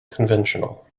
conventional